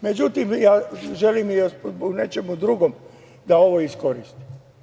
Međutim, želim o nečemu drugom da ovo iskoristim.